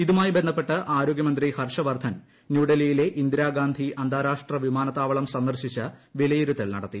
ഇതുമായി ബന്ധപ്പെട്ട് ആരോഗ്യമന്ത്രി ഹർഷ് വർദ്ധൻ ന്യൂഡൽഹിയിലെ ഇന്ദിരാഗാന്ധി അന്താരാഷ്ട്ര വിമാനത്താവളം സന്ദർശിച്ച് വിലയിരുത്തൽ നടത്തി